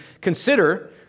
consider